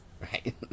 Right